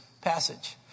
passage